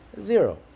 Zero